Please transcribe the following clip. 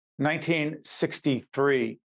1963